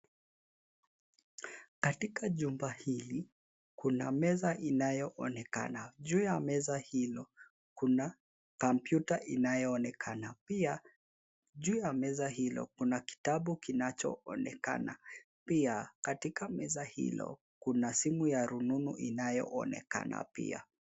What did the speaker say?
Katika jumba hili, kuna meza inayoonekana. Juu ya meza hilo kuna kompyuta inayoonekana, pia juu ya meza hilo kuna kitabu kinachoonekana. Pia katika meza hilo, kuna simu ya rununu inayoonekana pia.